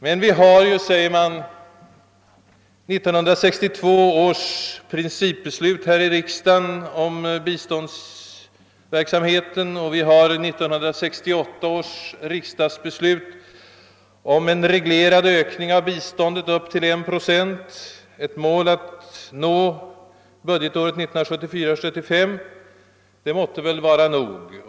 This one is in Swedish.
Men, säger man, vi har ju riksdagens principbeslut 1962 om biståndsverksamheten, och vi har 1968 års riksdagsbeslut om en reglerad ökning av biståndet upp till 1 procent, ett mål att nå budgetåret 1974/75. Det måtte väl vara nog!